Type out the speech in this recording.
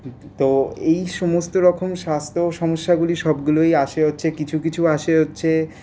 তো এই সমস্তরকম স্বাস্থ্য সমস্যাগুলি সবগুলোই আসে হচ্ছে কিছু কিছু আসে হচ্ছে